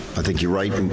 i think you're right.